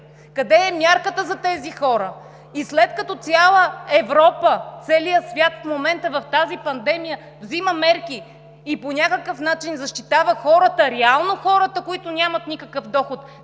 къде е мярката за тези хора? И след като цяла Европа, целият свят в момента в тази пандемия взима мерки и по някакъв начин защитава хората, реално за хората, които нямат никакъв доход,